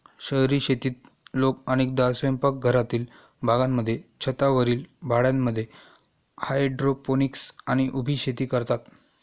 शहरी शेतीत लोक अनेकदा स्वयंपाकघरातील बागांमध्ये, छतावरील भांड्यांमध्ये हायड्रोपोनिक्स आणि उभी शेती करतात